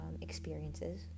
experiences